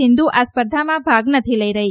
સિંધુ આ સ્પર્ધામાં ભાગ નથી લઇ રહી